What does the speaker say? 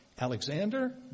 Alexander